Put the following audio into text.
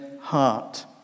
heart